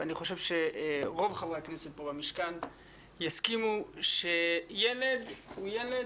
ואני חושב שרוב חברי הכנסת פה במשכן יסכימו שילד הוא ילד